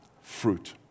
fruit